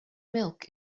milk